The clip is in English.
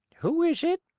who is it?